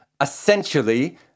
Essentially